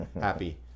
happy